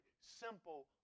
simple